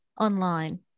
online